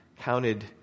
Counted